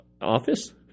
office